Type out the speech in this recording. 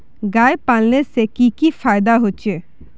गाय पालने से की की फायदा होचे?